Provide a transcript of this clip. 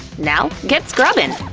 now get scrubbing!